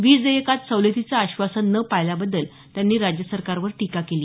वीज देयकात सवलतीचं आश्वासन न पाळल्याबद्दल त्यांनी राज्य सरकारवर टीका केली